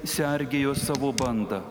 sergėjo savo bandą